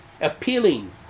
appealing